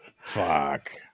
Fuck